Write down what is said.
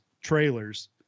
trailers